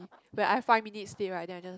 where I five minutes stay right then I just